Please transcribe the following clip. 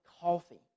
coffee